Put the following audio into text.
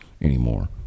anymore